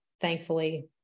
thankfully